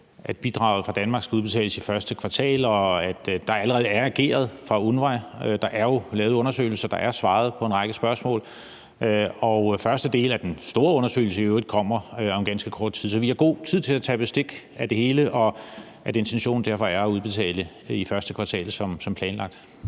at bidraget fra Danmark skal udbetales i første kvartal og der allerede er ageret fra UNRWA's side? Der er jo lavet undersøgelser, og der er svaret på en række spørgsmål, og første del af den store undersøgelse kommer i øvrigt om ganske kort tid, så vi har god tid til at tage bestik af det hele. Så er intentionen derfor at udbetale det i første kvartal som planlagt?